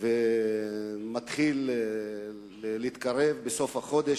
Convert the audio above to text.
ומתחיל להתקרב בסוף החודש,